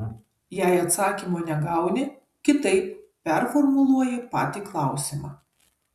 jei atsakymo negauni kitaip performuluoji patį klausimą